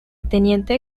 teniente